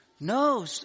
No